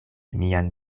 mian